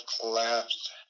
collapsed